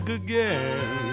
again